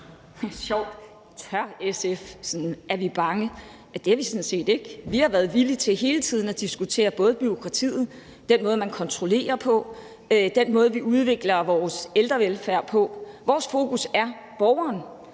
Tør SF, altså er vi bange? Det er vi sådan set ikke. Vi har været villige til hele tiden at diskutere både bureaukratiet, den måde, man kontrollerer på, og den måde, vi udvikler vores ældrevelfærd på. Vores fokus er borgeren,